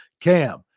Cam